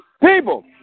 people